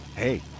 Hey